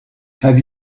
have